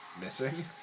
Missing